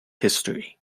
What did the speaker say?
history